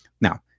now